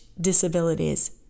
disabilities